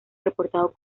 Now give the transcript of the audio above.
reportado